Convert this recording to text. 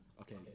okay